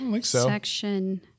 section